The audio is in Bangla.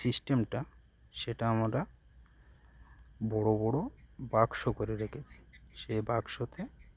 সিস্টেমটা সেটা আমরা বড়ো বড়ো বাক্স করে রেখেছি সেই বাক্সতে